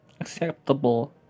acceptable